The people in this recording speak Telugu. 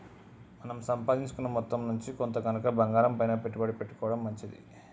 మన సంపాదించుకున్న మొత్తం నుంచి కొంత గనక బంగారంపైన పెట్టుబడి పెట్టుకోడం మంచిది